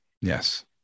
Yes